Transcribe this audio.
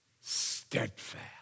Steadfast